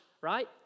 right